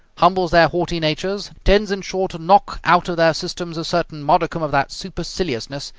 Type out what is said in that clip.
humbles their haughty natures, tends, in short, to knock out of their systems a certain modicum of that superciliousness,